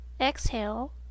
Exhale